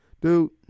dude